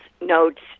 notes